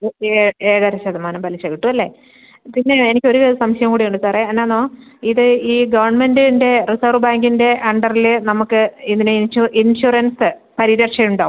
ഇത് ഏഴ് ഏഴര ശതമാനം പലിശ കിട്ടും അല്ലേ പിന്നെ എനിക്ക് ഒരു സംശയം കൂടി ഉണ്ട് സാറേ എന്നാണെന്നോ ഇത് ഈ ഗവൺമെൻ്റിൻ്റെ റിസർവ് ബാങ്കിൻ്റെ അണ്ടറിൽ നമുക്ക് ഇതിന് ഇൻഷുറൻസ് പരിരക്ഷ ഉണ്ടോ